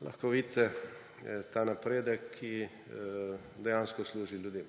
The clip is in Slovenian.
Lahko vidite ta napredek, ki dejansko služi ljudem.